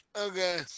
Okay